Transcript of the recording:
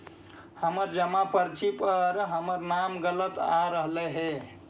हमर जमा पर्ची पर हमर नाम गलत आ रहलइ हे